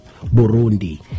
burundi